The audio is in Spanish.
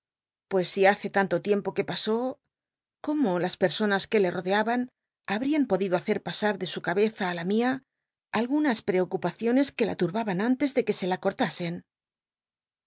pues si hace tanto tiempo que pasó cómo las personas que le rodeaban habdan podido lutcci pasa de su cabeza á la mía algunas preocupaciones que la turbaban antes de que se la cortasen